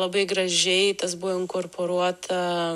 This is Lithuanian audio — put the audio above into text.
labai gražiai tas buvo inkorporuota